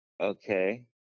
Okay